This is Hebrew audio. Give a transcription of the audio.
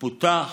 פותח